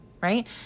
right